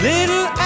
Little